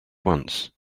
once